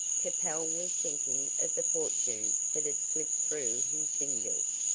capel was thinking of the fortune that had slipped through his fingers.